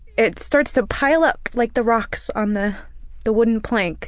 it starts to pile up like the rocks on the the wooden plank